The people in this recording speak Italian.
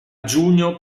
giugno